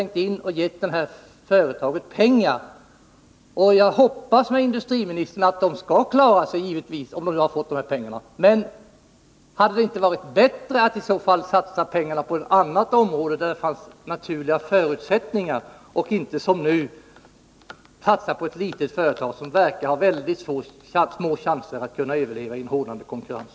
Givetvis hoppas jag med industriministern att det här företaget skall klara sig. Men hade det inte varit bättre att satsa pengarna på en annan verksamhet som det finns naturliga förutsättningar för i stället för att som nu satsa på ett litet företag som verkar ha ytterst små chanser att överleva i en hårdnande konkurrens?